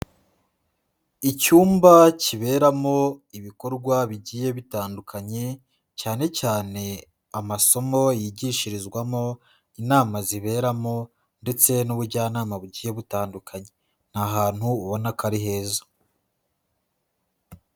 Icyumba kiberamo ibikorwa bigiye bitandukanye, cyane cyane amasomo yigishirizwamo, inama ziberamo ndetse n'ubujyanama bugiye butandukanye, ni ahantu ubona ko ari heza.